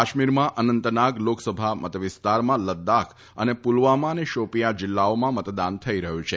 કાશ્મીરમાં અનંતનાગ લોકસભા મતવિસ્તારમાં લદ્દાખ તથા પુલવામા અને શોપીયાં જિલ્લાઓમાં મતદાન થઈ રહ્યું છે